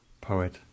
poet